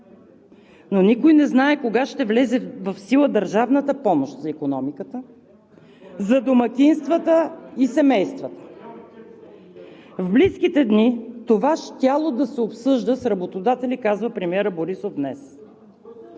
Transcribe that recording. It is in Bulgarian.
но никой не знае кога ще влезе в сила държавната помощ за икономиката, за домакинствата и семействата. В близките дни това щяло да се обсъжда с работодатели – казва премиерът Борисов днес.